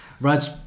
Raj